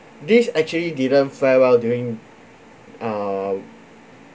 this actually didn't fare well during uh